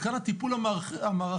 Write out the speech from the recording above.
כאן הטיפול המערכתי,